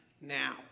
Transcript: now